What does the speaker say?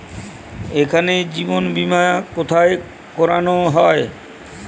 এখানে জীবন বীমা কোথায় করানো হয়?